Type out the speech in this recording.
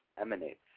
emanates